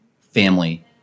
family